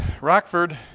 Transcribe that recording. Rockford